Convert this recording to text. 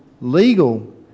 legal